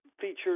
featured